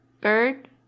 bird